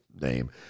name